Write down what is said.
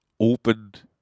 opened